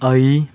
ꯑꯩ